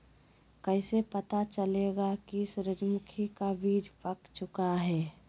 कैसे पता चलेगा की सूरजमुखी का बिज पाक चूका है?